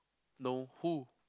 no who